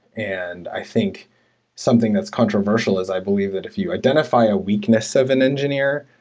and i think something that's controversial is i believe that if you identify a weakness of an engineer,